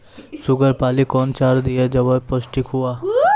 Sugar पाली कौन चार दिय जब पोस्टिक हुआ?